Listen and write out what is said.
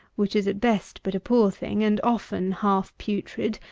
which is at best but a poor thing, and often half putrid,